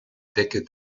decke